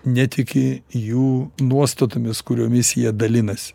netiki jų nuostatomis kuriomis jie dalinas